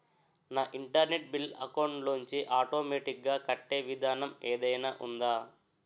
నా internet bill account లోంచి automatic గా కట్టే విధానం ఏదైనా ఉందా?